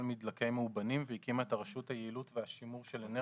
מדלקי מאובנים והקימה את הרשות ליעילות ולשימור של אנרגיה.